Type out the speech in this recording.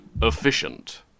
efficient